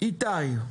איתי.